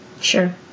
sure